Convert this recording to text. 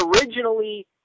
originally